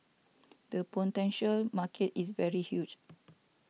the potential market is very huge